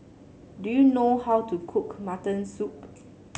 do you know how to cook Mutton Soup